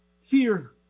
fear